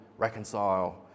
reconcile